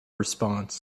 response